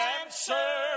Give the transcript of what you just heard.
answer